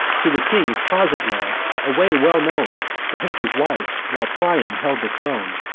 to the king's closet led a way well known to hector's wife, while priam held the throne,